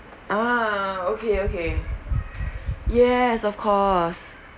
ah okay okay yes of course